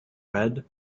red